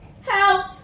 Help